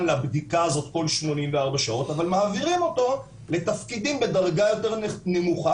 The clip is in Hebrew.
לבדיקה הזאת כל 84 שעות אבל מעבירים אותו לתפקידים בדרגה יותר נמוכה,